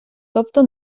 тобто